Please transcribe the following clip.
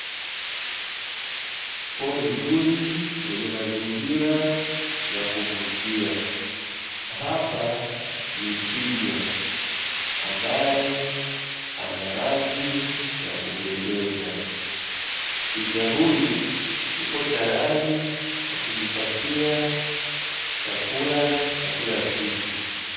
Pori zuri lenye mazingira ya kuvutia na hapa ni twiga ambae ana rangi ya kupendeza. Twiga huyu yupo tayari kwa kujipatia chakula cha kila siku.